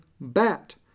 bat